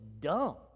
dumb